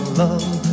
love